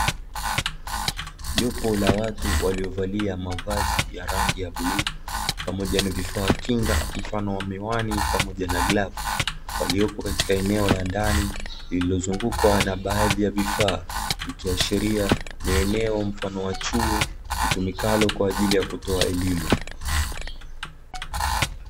Jopo la watu waliovalia mavazi ya rangi ya bluu, pamoja na vifaa kinga, mfano miwani pamoja na glavu, waliopo katika eneo la ndani lililozungukwa na baadhi ya vifaa, ikiashiria ni eneo mfano wa chuo litumikalo kwa ajili ya kutoa elimu.